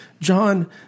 John